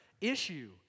issue